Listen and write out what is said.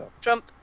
Trump